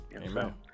Amen